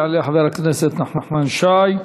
יעלה חבר הכנסת נחמן שי,